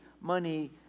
money